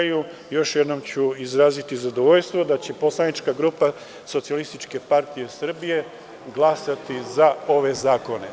Još jednom ću izraziti zadovoljstvo da će Poslanička grupa Socijalističke partije Srbije glasati za ove zakone.